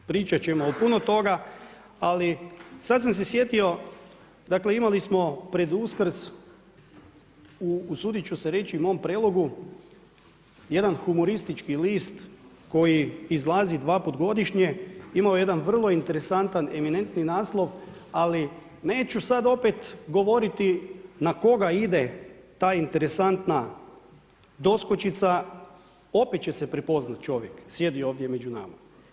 Pričati ćemo o puno toga, ali, sada sam se sjetio, dakle, imali smo pred Uskrs, usuditi ću se reći u mom Prelogu, jedan humoristični list koji izlazi 2 puta godišnje, imao je jedan vrlo interesantan eminentan naslov, ali neću sada opet govoriti na koga ide ta interesantna doskočica, opet će se prepoznati čovjek, sjedi ovdje među nama.